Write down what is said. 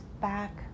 back